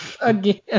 Again